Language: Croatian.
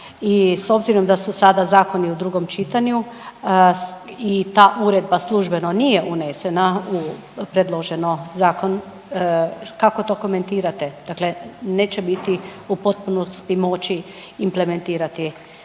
i s obzirom da su sada zakoni u drugom čitanju i ta uredba službeno nije unesena u predloženo zakon, kako to komentirate, dakle neće biti u potpunosti moći implementirati ono